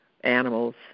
animals